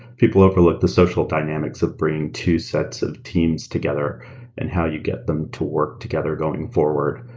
people overlook the social dynamics of bringing two sets of teams together and how you get them to work together going forward.